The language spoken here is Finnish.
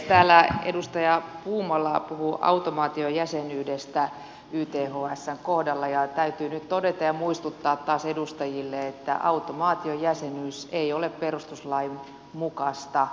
täällä edustaja puumala puhui automaatiojäsenyydestä ythsn kohdalla ja täytyy nyt todeta ja muistuttaa taas edustajille että automaatiojäsenyys ei ole perustuslain mukaista